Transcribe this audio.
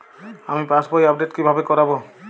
আমি passbook update কিভাবে করাব?